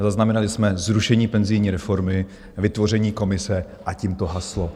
Zaznamenali jsme zrušení penzijní reformy, vytvoření komise, a tím to haslo!